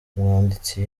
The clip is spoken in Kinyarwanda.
umwanditsi